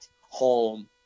home